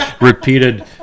repeated